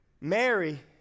Mary